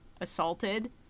assaulted